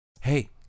Hey